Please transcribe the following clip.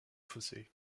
fossé